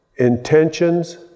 Intentions